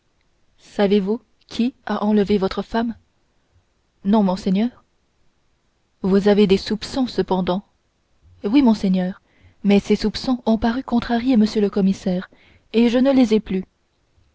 savez-vous qui a enlevé votre femme non monseigneur vous avez des soupçons cependant oui monseigneur mais ces soupçons ont paru contrarier m le commissaire et je ne les ai plus